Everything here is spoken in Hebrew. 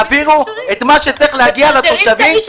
יעבירו את מה שצריך להגיע לתושבים,